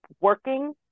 working